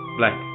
black